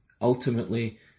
ultimately